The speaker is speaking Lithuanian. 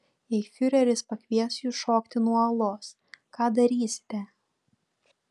jei fiureris pakvies jus šokti nuo uolos ką darysite